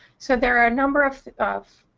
so there are a number of of